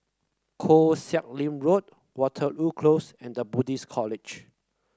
Koh Sek Lim Road Waterloo Close and The Buddhist College